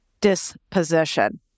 disposition